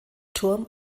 turm